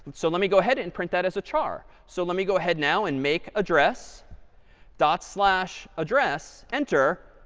so let me go ahead and print that as a char. so let me go ahead now and make address dot slash address, enter.